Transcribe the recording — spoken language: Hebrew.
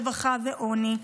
רווחה ועוני.